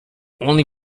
only